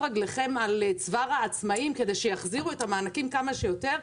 רגליכם על צוואר העצמאים כדי שיחזירו את המענקים כמה שיותר,